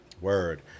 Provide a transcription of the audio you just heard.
word